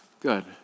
Good